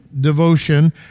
devotion